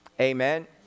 Amen